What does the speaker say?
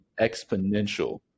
exponential